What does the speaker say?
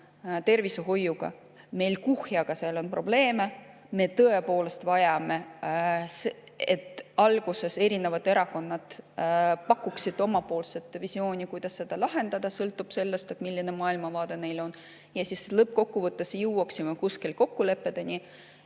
tervishoiuga. Meil on seal kuhjaga probleeme, me tõepoolest vajame, et alguses eri erakonnad pakuksid oma visiooni, kuidas seda lahendada, sõltub sellest, milline maailmavaade neil on, ja siis lõppkokkuvõttes me peaksime jõudma kuskil kokkulepeteni